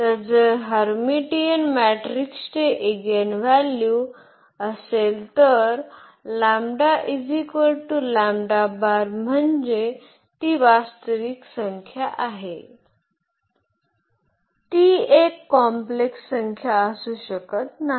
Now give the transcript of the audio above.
तर जर हर्मिटियन मॅट्रिक्सचे एगेनव्हॅल्यू असेल तर म्हणजे ती वास्तविक संख्या आहे ती एक कॉम्प्लेक्स संख्या असू शकत नाही